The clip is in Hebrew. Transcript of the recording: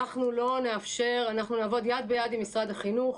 אנחנו נעבוד יד ביד עם משרד החינוך.